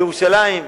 בירושלים.